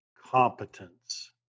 competence